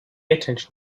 attention